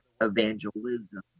evangelism